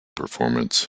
performance